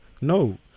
No